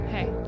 Hey